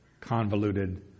convoluted